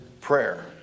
prayer